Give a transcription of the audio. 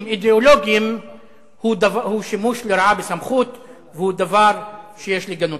אידיאולוגיים הוא שימוש לרעה בסמכות והוא דבר שיש לגנותו.